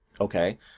Okay